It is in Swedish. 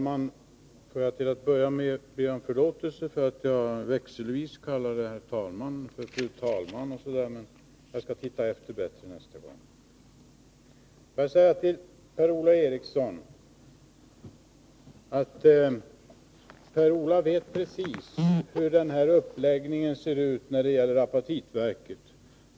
Herr talman! Till Per-Ola Eriksson vill jag säga: Per-Ola Eriksson vet precis hur uppläggningen ser ut när det gäller apatitverket.